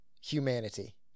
humanity